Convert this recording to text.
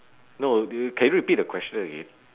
no do you can you repeat the question again